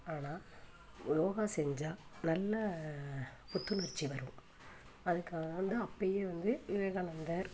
ஆனால் யோகா செஞ்சால் நல்ல புத்துணர்ச்சி வரும் அதுக்காகலாந்தான் அப்போயே வந்து விவேகானந்தர்